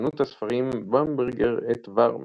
חנות הספרים "במברגר את וואהרמן"